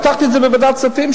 הבטחתי את זה בוועדת הכספים,